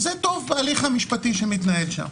זה טוב בהליך המשפטי שמתנהל שם.